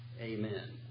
Amen